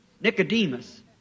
Nicodemus